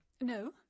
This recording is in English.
No